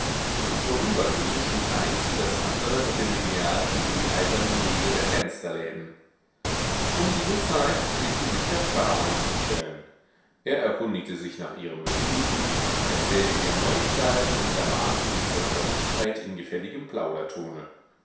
und im vorübergehen schlug eins wie das andere mit dem lineal gegen die eisernen riegel der fensterläden um diese zeit pflegte sich der pfarrer einzustellen er erkundigte sich nach ihrem befinden erzählte ihr neuigkeiten und ermahnte sie zur frömmigkeit in gefälligem plaudertone